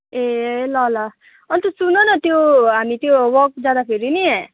ए ल ल अन्त सुन न त्यो हामी त्यो वाक जाँदाखेरि नि